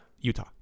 Utah